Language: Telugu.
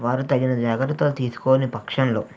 వారు తగిన జాగ్రత్తలు తీసుకోని పక్షంలో